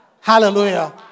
hallelujah